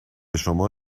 شما